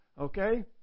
Okay